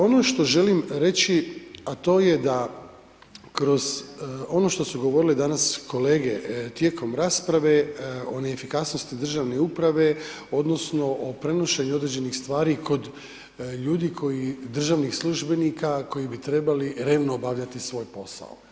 Ono što želim reći, a to je da kroz ono što su govorile danas kolege tijekom rasprave o ne efikasnosti državne uprave odnosno o prenošenju određenih stvari kod ljudi koji, državnih službenika koji bi trebali revno obavljati svoj posao.